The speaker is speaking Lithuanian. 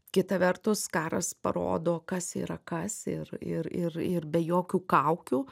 kita vertus karas parodo kas yra kas ir ir ir ir be jokių kaukių